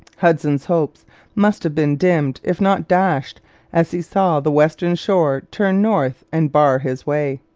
hudson's hopes must have been dimmed if not dashed as he saw the western shore turn north and bar his way.